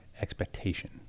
expectation